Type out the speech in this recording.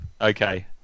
Okay